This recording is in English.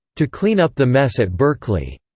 to clean up the mess at berkeley.